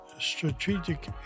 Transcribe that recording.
strategic